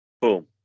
Boom